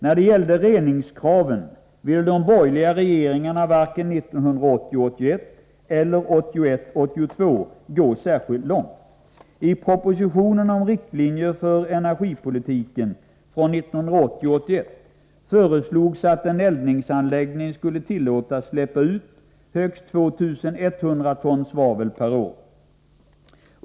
När det gällde reningskraven ville de borgerliga regeringarna varken 1980 82 gå särskilt långt. I propositionen om riktlinjer för energipolitiken från 1980/81 föreslogs att en eldningsanläggning skulle tillåtas släppa ut högst 2 100 ton svavel per år.